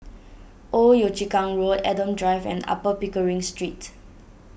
Old Yio Chu Kang Road Adam Drive and Upper Pickering Street